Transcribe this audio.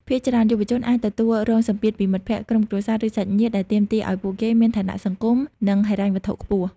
ភាគច្រើនយុវជនអាចទទួលរងសម្ពាធពីមិត្តភក្តិ ក្រុមគ្រួសារ ឬសាច់ញាតិ ដែលទាមទារឱ្យពួកគេមានឋានៈសង្គម និងហិរញ្ញវត្ថុខ្ពស់។